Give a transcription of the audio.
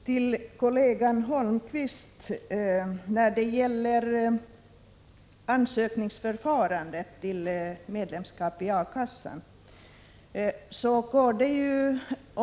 Fru talman! Kollegan Holmkvist talade om ansökningsförfarandet för medlemskap i A-kassan.